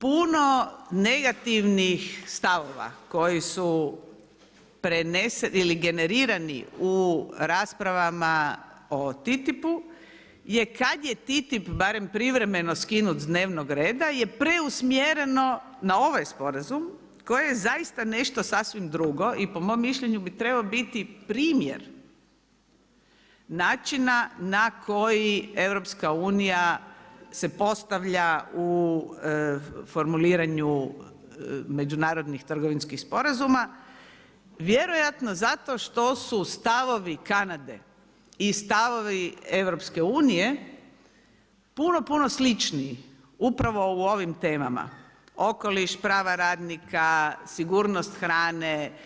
Puno negativnih stavova koji su preneseni ili generirani u raspravama o TTIP-u, je kad je TTIP, bar privremeno skinut s dnevnog reda je preusmjereno na ovaj sporazum koji je zaista nešto sasvim drugom i Po mom mišljenju bi trebao biti primjer načina na koji EU se postavlja u formuliranju međunarodnih trgovinskih sporazuma vjerojatno zato što su stavovi Kanade i stavovi EU puno, puno sličniji upravo u ovim temama okoliš, prava radnika, sigurnost hrane.